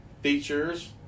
features